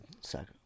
second